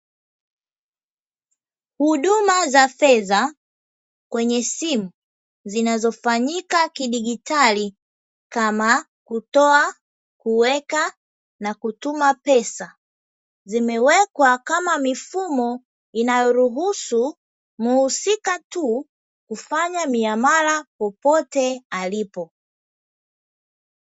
Huduma za fedha kwenye simu zinazofanyika kidigitali kama kutoa, kuweka, na kutuma pesa, zimewekwa kama mifumo inayoruhusu mhusika tu kufanya miamala popote alipo.